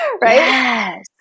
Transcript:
right